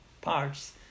parts